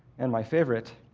and my favorite